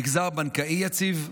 מגזר בנקאי יציב,